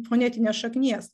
fonetinės šaknies